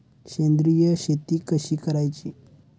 सेंद्रिय शेती कशी करायची?